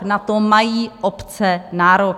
Na to mají obce nárok!